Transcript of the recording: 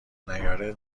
نیاره